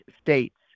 states